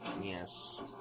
yes